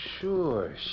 sure